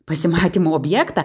pasimatymų objektą